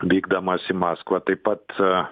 vykdamas į maskvą taip pat